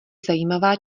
zajímavá